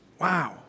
Wow